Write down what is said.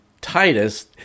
Titus